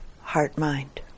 heart-mind